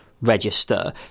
register